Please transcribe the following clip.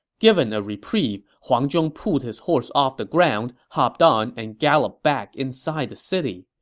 given a reprieve, huang zhong pulled his horse off the ground, hopped on, and galloped back inside the city.